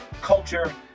culture